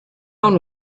own